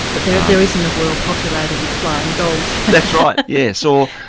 there there isn't a world populated with flying dogs. that's right, yes or.